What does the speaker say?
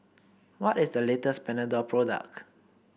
what is the latest Panadol product